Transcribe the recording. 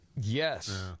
Yes